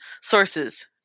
Sources